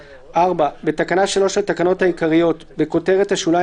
אני ממשיך בקריאה: 4. בתקנה 3 לתקנות העיקריות־ (1)בכותרת השוליים,